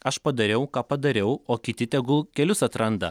aš padariau ką padariau o kiti tegul kelius atranda